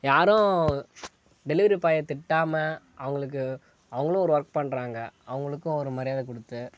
யாரும் டெலிவரி பாயை திட்டாமல் அவங்களுக்கு அவங்களும் ஒரு ஒர்க் பண்ணுறாங்க அவங்களுக்கும் ஒரு மரியாதை கொடுத்து